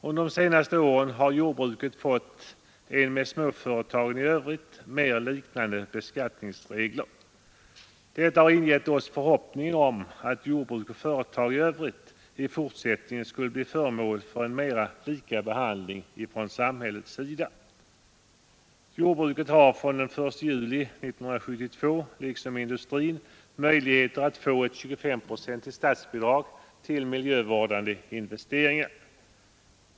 Under de senaste åren har jordbruket fått en beskattningsregel som mer liknar de övriga småföretagens. Detta har ingett oss förhoppningen att jordbruk och små företag i övrigt i fortsättningen skulle bli föremål för en mer likartad behandling från samhällets sida. Jordbruket har fr.o.m. den 1 juli 1972 liksom industrin möjligheter att få ett 25-procentigt statsbidrag till miljövårdande investeringar.